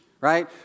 right